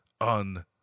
on